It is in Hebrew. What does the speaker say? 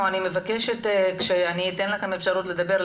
אני מבקשת כשאתן לכם אפשרות לדבר,